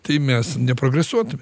tai mes neprogresuotume